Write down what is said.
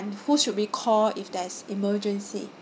and who should we call if there's emergency